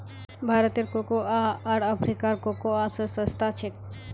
भारतेर कोकोआ आर अफ्रीकार कोकोआ स सस्ता छेक